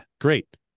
great